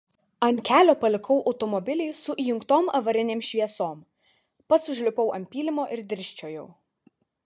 ant kelio palikau automobilį su įjungtom avarinėm šviesom pats užlipau ant pylimo ir dirsčiojau